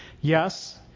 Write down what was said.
Yes